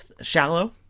shallow